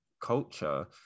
culture